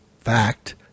fact